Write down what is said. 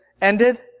ended